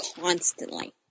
constantly